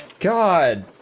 guide